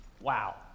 Wow